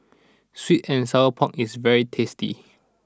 Sweet and Sour Pork is very tasty